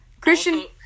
Christian